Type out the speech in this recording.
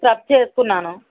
scrub చేసుకున్నాను